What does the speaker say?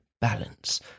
balance